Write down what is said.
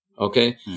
Okay